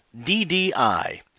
DDI